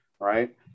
right